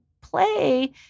play